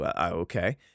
Okay